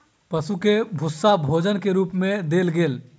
पशु के भूस्सा भोजन के रूप मे देल गेल